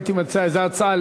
הייתי מציע איזה הצעה,